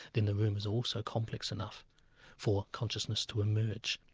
then the room is also complex enough for consciousness to emerge.